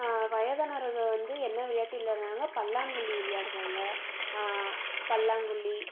வயதானவர்கள் வந்து என்ன விளையாட்டு விளையாடுவாங்னால் பல்லாங்குழி விளையாடுவாங்க பல்லாங்குழி